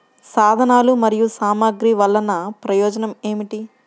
సాధనాలు మరియు సామగ్రి వల్లన ప్రయోజనం ఏమిటీ?